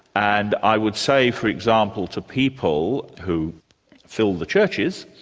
and i would say for example to people who fill the churches,